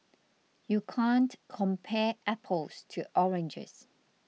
you can't compare apples to oranges